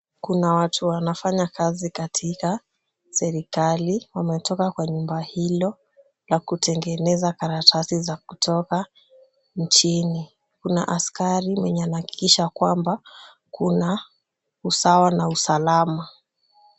Kuna watu wanafanya kazi katika serikali. Wametoka kwa nyumba hilo la kutengeza karatasi za kutoka nchini. Kuna askari mwenye anahakikisha kwamba kuna usawa na usalama.